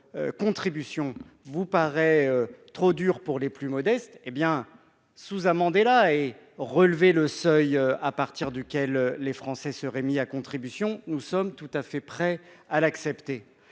proposons vous paraît trop dure pour les plus modestes, déposez donc un sous-amendement et relevez le seuil à partir duquel les Français seraient mis à contribution ! Nous sommes tout à fait prêts à l'accepter.